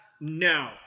No